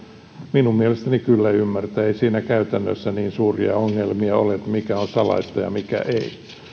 minun mielestäni kyllä ymmärtää ei siinä käytännössä niin suuria ongelmia ole että mikä on salaista ja mikä ei